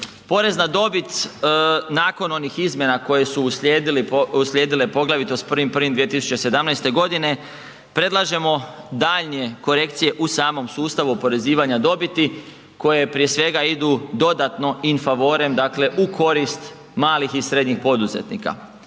Porez na dobit nakon onih izmjena koje su uslijedile poglavito sa 1.1.2017. g., predlažemo daljnje korekcije u samom sustavu oporezivanja dobiti koje prije svega idu dodatno in favorem, dakle u korist malih i srednjih poduzetnika.